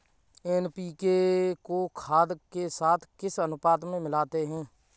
NPK को खाद के साथ किस अनुपात में मिलाते हैं?